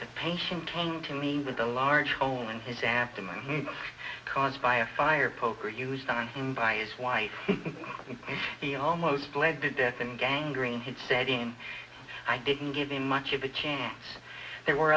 the patient came to me with a large hole in his abdomen caused by a fire poker used on him by his wife he almost bled to death and gang green had said ian i didn't give him much of a chance there were